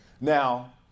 Now